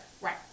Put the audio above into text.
Right